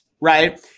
right